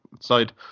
side